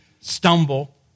stumble